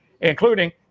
including